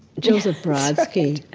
joseph brodsky,